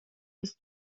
bis